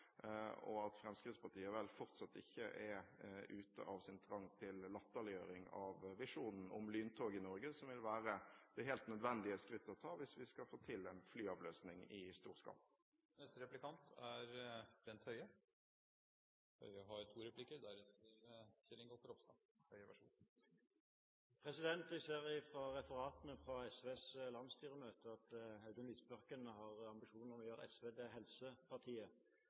budsjettet til Fremskrittspartiet fortsatt handler mest om vei. Fremskrittspartiet har vel fortsatt ikke forlatt sin trang til latterliggjøring av visjonen om lyntog i Norge, noe som vil være det helt nødvendige skrittet å ta hvis vi skal få til en «flyavløsning» i stor skala. Jeg ser i referatene fra SVs landsstyremøte at Audun Lysbakken har ambisjon om å gjøre SV til helsepartiet.